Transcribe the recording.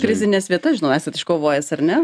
prizines vietas žinau esat iškovojęs ar ne